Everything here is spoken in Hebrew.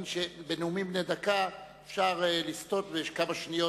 שבנאומים בני דקה אפשר לסטות בכמה שניות,